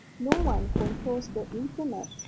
no one controls the internet.